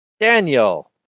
Daniel